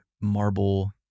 marble